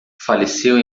faleceu